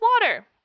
water